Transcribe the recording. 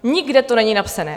Nikde to není napsané.